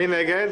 מי בעד?